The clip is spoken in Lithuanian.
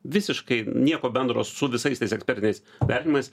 visiškai nieko bendro su visais tais ekspertiniais vertinimais